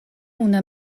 una